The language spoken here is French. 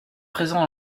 présents